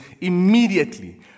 immediately